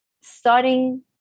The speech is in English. starting